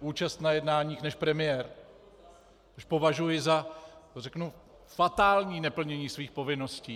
účast na jednáních než premiér, což považuji za fatální neplnění svých povinností.